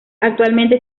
actualmente